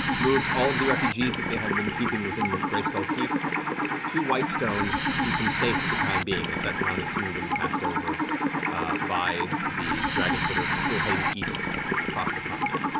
moved all of the refugees that they had been keeping within greyskull keep to whitestone to keep them safe for the time being, as that town had seemingly been passed over by the dragons that are still heading east across the continent.